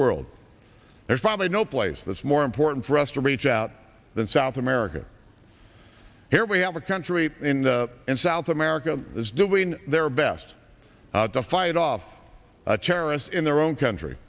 world there's probably no place that's more important for us to reach out than south america here we have a country in in south america is doing their best to fight off a cherished in their own